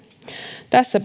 tässä